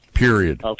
period